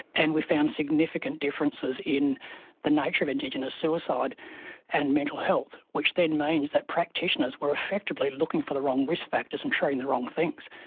and we found significant differences in the nature of indigenous suicide and mental health, which then means that practitioners were effectively looking for the wrong risk factors and treating the wrong things.